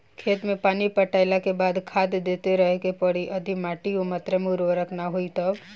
खेत मे पानी पटैला के बाद भी खाद देते रहे के पड़ी यदि माटी ओ मात्रा मे उर्वरक ना होई तब?